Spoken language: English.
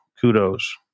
kudos